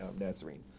Nazarene